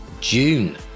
june